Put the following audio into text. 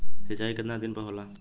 सिंचाई केतना दिन पर होला?